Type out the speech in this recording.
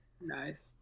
Nice